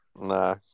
Nah